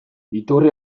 iturri